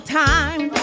time